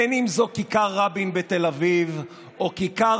בין אם זו כיכר רבין בתל אביב או כיכר